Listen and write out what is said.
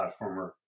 platformer